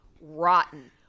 rotten